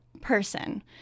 person